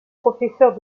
professeur